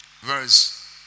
Verse